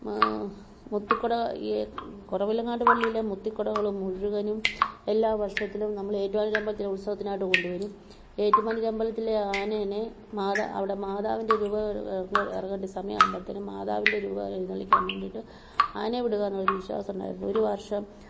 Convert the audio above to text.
ആ മുത്തു കുട കുറവിലങ്ങാട് പള്ളിയിലെ മുത്തു കുടകളും മുഴുവനും എല്ലാ വർഷത്തിലും നമ്മൾ ഏറ്റുമാനൂരമ്പലത്തിലെ ഉത്സവത്തിനായിട്ട് കൊണ്ട് വരും ഏറ്റുമാനൂരമ്പലത്തിലെ ആനേനെ മാതാ അവിടെ മാതാവിൻ്റെ രൂപം ഇറങ്ങേണ്ട സമായാകുബോഴ്ത്തേനും മാതാവിൻ്റെ രൂപം എഴുന്നള്ളിക്കാൻ വേണ്ടീട്ട് ആനയെ വിടുകാന്നുള്ളൊരു വിശ്വാസം ഉണ്ടായിരുന്നു ഒരു വർഷം